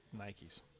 Nikes